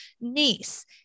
niece